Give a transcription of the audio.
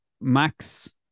Max